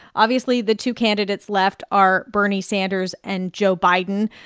obviously, the two candidates left are bernie sanders and joe biden.